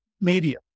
media